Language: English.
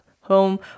home